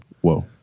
whoa